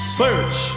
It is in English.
search